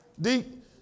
Deep